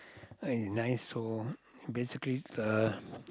oh it's nice to basically uh